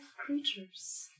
creatures